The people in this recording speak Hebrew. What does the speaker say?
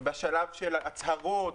היא בשלב של הצהרות,